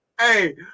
Hey